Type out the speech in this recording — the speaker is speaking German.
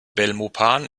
belmopan